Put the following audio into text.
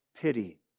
Pity